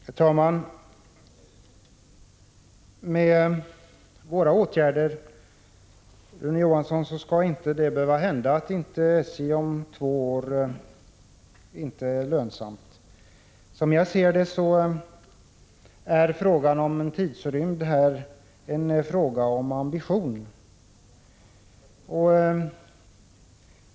Herr talman! Om våra förslag till åtgärder förverkligas, Rune Johansson, 15 maj 1986 skall det inte behöva bli så att SJ om två år inte är lönsamt. Som jag ser saken är frågan om en tidrymd i detta sammanhang en fråga om ambitioner.